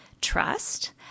trust